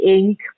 Inc